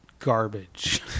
Garbage